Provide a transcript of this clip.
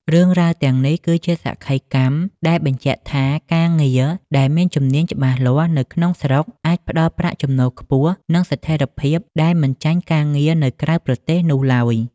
រឿងរ៉ាវទាំងនេះគឺជាសក្ខីកម្មដែលបញ្ជាក់ថា ការងារដែលមានជំនាញច្បាស់លាស់នៅក្នុងស្រុក អាចផ្ដល់ប្រាក់ចំណូលខ្ពស់ និងស្ថិរភាពដែលមិនចាញ់ការងារនៅក្រៅប្រទេសនោះឡើយ។